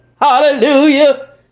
Hallelujah